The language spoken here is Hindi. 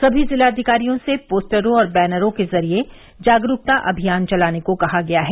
सभी जिलाधिकारियों से पोस्टरों और बैनरों के जरिये जागरूकता अभियान चलाने को कहा गया है